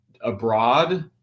abroad